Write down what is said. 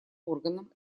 органом